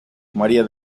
maría